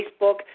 Facebook